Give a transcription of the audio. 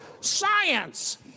science